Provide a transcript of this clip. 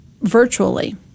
virtually